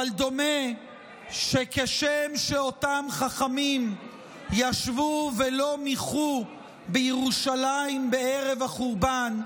אבל דומה שכשם שאותם חכמים ישבו ולא מיחו בירושלים בערב החורבן,